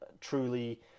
truly